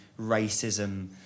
racism